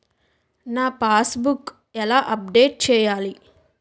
నా pass book ఎలా update చేయాలి?